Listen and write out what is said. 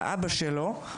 האבא שלו,